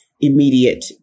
immediate